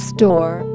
Store